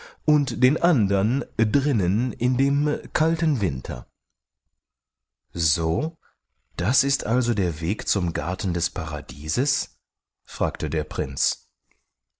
und den andern drinnen in dem kalten winter so das ist also der weg zum garten des paradieses fragte der prinz